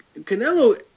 Canelo